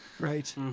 right